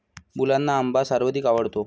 मुलांना आंबा सर्वाधिक आवडतो